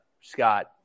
Scott